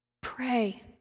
pray